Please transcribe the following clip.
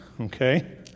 okay